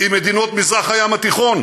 עם מדינות מזרח הים התיכון,